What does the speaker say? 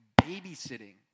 babysitting